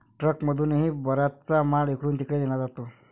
ट्रकमधूनही बराचसा माल इकडून तिकडे नेला जातो